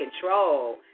control